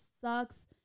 sucks